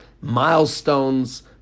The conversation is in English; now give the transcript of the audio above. milestones